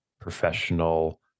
professional